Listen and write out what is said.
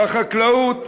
בחקלאות,